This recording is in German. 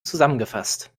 zusammengefasst